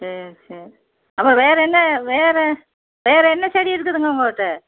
சரி சரி அப்போ வேறே என்ன வேறே வேறே என்ன செடி இருக்குதுங்க உங்கக்கிட்ட